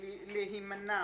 הלקוח ולהימנע